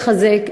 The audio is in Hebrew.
לחזק,